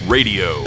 Radio